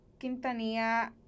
Quintanilla